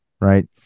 right